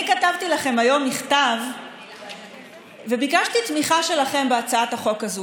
אני כתבתי לכם היום מכתב וביקשתי תמיכה שלכם בהצעת החוק הזו,